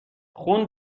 خون